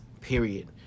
period